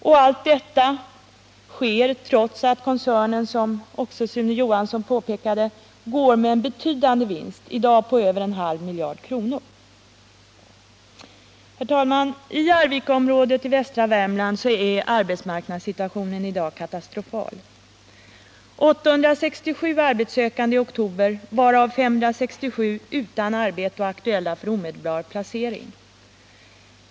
Och allt detta sker trots att koncernen, som också Sune Johansson påpekade, går med en betydande vinst i dag — över en halv miljard kronor. Herr talman! I Arvikaområdet i västra Värmland är arbetsmarknadssituationen i dag katastrofal — 867 arbetssökande i oktober, varav 567 utan arbete och aktuella för omedelbar placering.